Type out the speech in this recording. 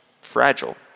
fragile